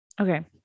Okay